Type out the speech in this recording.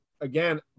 again